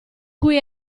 cui